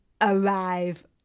arrive